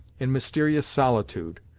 in mysterious solitude,